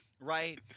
Right